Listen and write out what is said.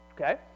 okay